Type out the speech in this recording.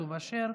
יעקב אשר,